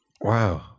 Wow